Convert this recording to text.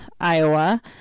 Iowa